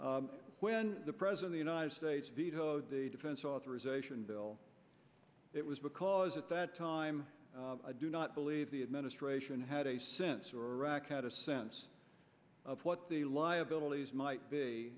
when the present the united states vetoed the defense authorization bill it was because at that time i do not believe the administration had a sincere arac had a sense of what the liabilities might be